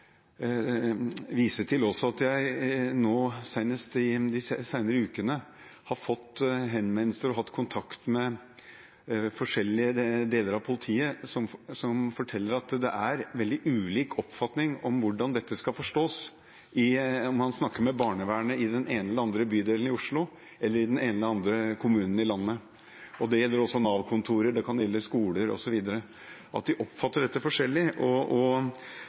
nå, senest i de seneste ukene, har fått henvendelser og hatt kontakt med forskjellige deler av politiet som forteller at det er veldig ulik oppfatning av hvordan dette skal forstås når man snakker med barnevernet i den ene eller andre bydelen i Oslo eller i den ene eller andre kommunen i landet. Det gjelder også for Nav-kontorene, det kan gjelde skoler osv. De oppfatter dette forskjellig, og det er et stort problem hvis man kan snakke godt med noen, men ikke med andre. Man har møter og